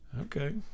okay